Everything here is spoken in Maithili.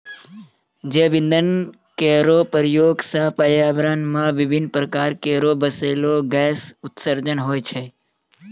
जैव इंधन केरो प्रयोग सँ पर्यावरण म विभिन्न प्रकार केरो बिसैला गैस उत्सर्जन होय छै